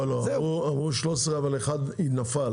לא, לא, אמרו 13, אבל אחד נפל.